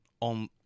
on